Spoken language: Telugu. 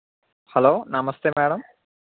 హలో నమస్తే మ్యాడమ్